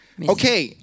Okay